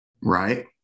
right